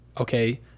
okay